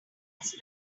else